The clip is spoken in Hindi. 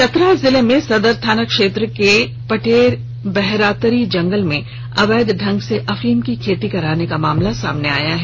चतरा जिले में सदर थाना क्षेत्र के पटेर बहरातरी जंगल में अवैध ढंग से अफीम की खेती कराने का मामला सामने आया है